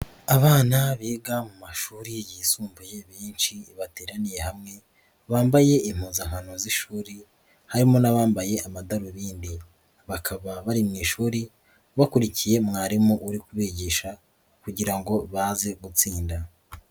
Abana biga mu mashuri yisumbuye benshi bateraniye hamwe bambaye impuzankano z'ishuri harimo n'abambaye amadarubindi bakaba bari mu ishuri, bakurikiye mwarimu uri kubigisha kugira ngo baze gutsinda.